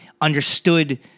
understood